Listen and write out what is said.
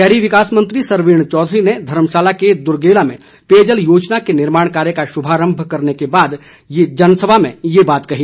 शहरी विकास मंत्री सरवीण चौधरी ने धर्मशाला के दुरगेला में पेयजल योजना के निर्माण कार्य का शुभारंभ करने के बाद एक जनसभा में ये बात कही